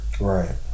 right